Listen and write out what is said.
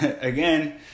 again